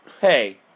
hey